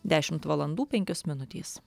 dešimt valandų penkios minutės